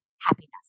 happiness